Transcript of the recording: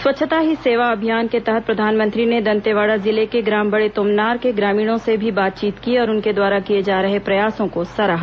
स्वच्छता ही सेवा अभियान के तहत प्रधानमंत्री ने दंतेवाड़ा जिले के ग्राम बड़े तोमनार के ग्रामीणों से भी बातचीत की और उनके द्वारा किए जा रहे प्रयासों को सराहा